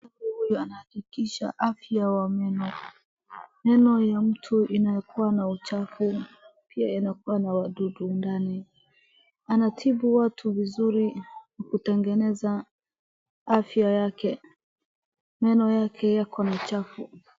Huyu anahakikisha afya wa meno. Meno ya mtu inayokuwa na uchafu pia yanakuwa na wadudu ndani. Anatibu watu vizuri kutengeneza afya yake. Meno yake yako na uchafu.